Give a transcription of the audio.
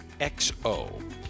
XO